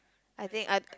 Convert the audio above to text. I think I